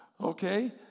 okay